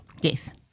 Yes